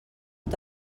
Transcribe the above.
tot